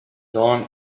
dawn